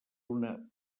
una